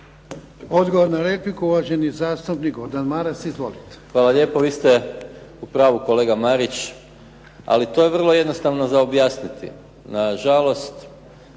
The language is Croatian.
Odgovor na repliku, uvaženi zastupnik Gordan Maras. Izvolite. **Maras, Gordan (SDP)** Hvala lijepo. Vi ste u pravu kolega Marić, ali to je vrlo jednostavno za objasniti. Na žalost,